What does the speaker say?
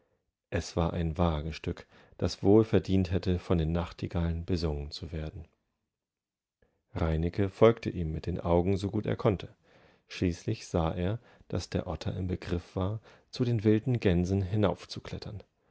es war ein wagestück das wohl verdient hätte von den nachtigallen besungen zuwerden reineke folgte ihm mit den augen so gut er konnte schließlich sah er daß der otter im begriff war zu den wilden gänsen